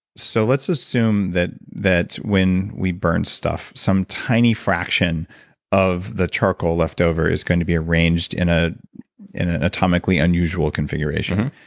so let's assume that that when we burn stuff, some tiny fraction of the charcoal left over is going to be arranged in ah in an atomically unusual configuration.